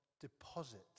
deposit